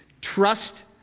Trust